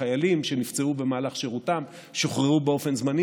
חיילים שנפצעו במהלך שירותם ושוחררו באופן זמני.